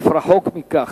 אף רחוק מכך.